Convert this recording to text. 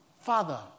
Father